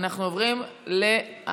אנחנו עוברים להצבעה.